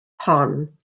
hon